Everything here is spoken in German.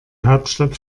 hauptstadt